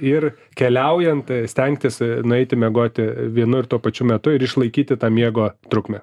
ir keliaujant stengtis nueiti miegoti vienu ir tuo pačiu metu ir išlaikyti tą miego trukmę